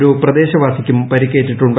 ഒരു പ്രദേശവാസിക്കും പരിക്കേറ്റിട്ടുണ്ട്